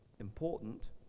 important